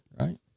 right